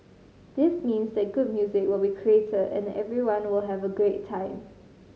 this means that good music will be created and that everyone will have a great time